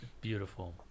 Beautiful